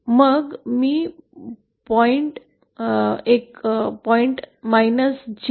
मग मी point J 1